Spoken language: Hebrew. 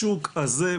השוק הזה פרוץ.